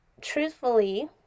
truthfully